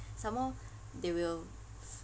some more they will